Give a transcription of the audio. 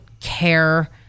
Care